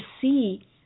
see